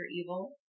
Evil